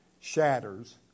shatters